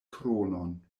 kronon